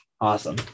Awesome